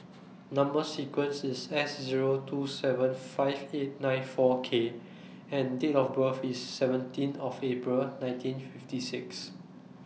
Number sequence IS S Zero two seven five eight nine four K and Date of birth IS seventeen of April nineteen fifty six